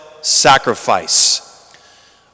Sacrifice